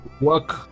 work